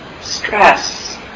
stress